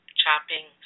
chopping